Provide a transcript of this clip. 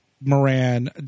Moran